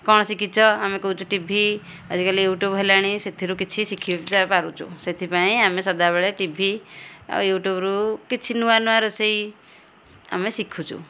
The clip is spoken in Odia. କ'ଣ ଶିଖିଛ ଆମେ କହୁଛୁ ଟି ଭି ଆଜିକାଲି ୟୁଟ୍ୟୁବ୍ ହେଲାଣି ସେଥିରୁ କିଛି ଶିଖି ପାରୁଛୁ ସେଥିପାଇଁ ଆମେ ସଦାବେଳେ ଟି ଭି ଆଉ ୟୁଟ୍ୟୁବ୍ରୁ କିଛି ନୂଆ ନୂଆ ରୋଷେଇ ଆମେ ଶିଖୁଛୁ